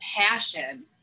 passion